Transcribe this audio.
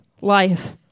life